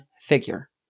figure